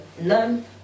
None